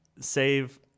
save